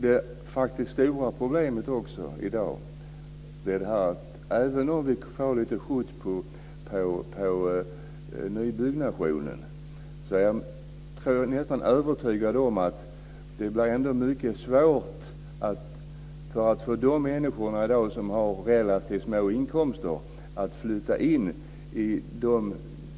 Det stora problemet i dag är också att även om vi får lite skjuts på nybyggnationen blir det mycket svårt för de människor som har relativt små inkomster att flytta in i